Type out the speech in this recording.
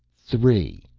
three.